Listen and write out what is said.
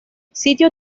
sitio